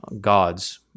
God's